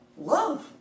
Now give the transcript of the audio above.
love